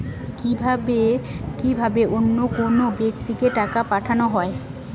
কি ভাবে অন্য কোনো ব্যাক্তিকে টাকা পাঠানো হয়?